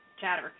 chatter